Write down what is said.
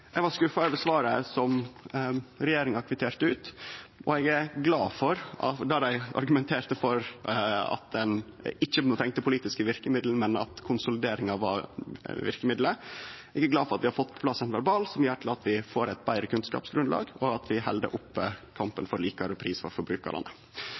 Eg blei skuffa over svaret som regjeringa kvitterte ut, der dei argumenterte for at ein ikkje trong politiske verkemiddel, men at konsolideringa var verkemiddelet, og eg er glad for at vi har fått på plass ein verbal som gjer at vi får eit betre kunnskapsgrunnlag og held oppe